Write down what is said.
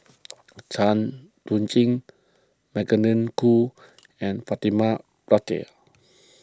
Tan Chuan Jin Magdalene Khoo and Fatimah Lateef